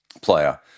player